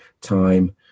time